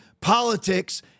politics